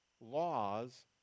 laws